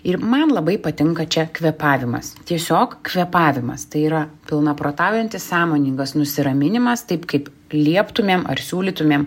ir man labai patinka čia kvėpavimas tiesiog kvėpavimas tai yra pilna protaujantis sąmoningas nusiraminimas taip kaip lieptumėm ar siūlytumėm